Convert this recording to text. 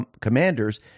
commanders